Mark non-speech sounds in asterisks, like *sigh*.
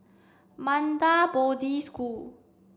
*unintelligible* Bodhi School